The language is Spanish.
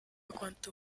cuánto